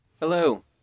Hello